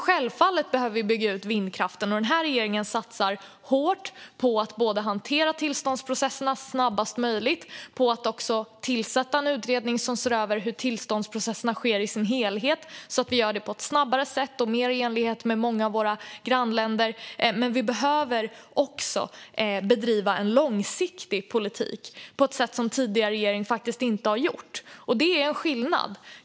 Självfallet behöver vi bygga ut vindkraften, och regeringen satsar hårt på att hantera tillståndsprocesserna snabbast möjligt men också på att tillsätta en utredning som ser över hur tillståndsprocesserna i deras helhet sker så att vi gör det på ett snabbare sätt och mer i enlighet med många av våra grannländer. Vi behöver också bedriva en långsiktig politik på ett sätt som den tidigare regeringen inte gjorde, och det finns en skillnad.